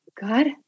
God